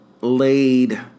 laid